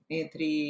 entre